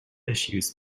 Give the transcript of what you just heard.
issues